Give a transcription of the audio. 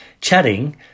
chatting